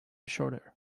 shorter